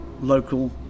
local